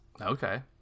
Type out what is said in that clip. Okay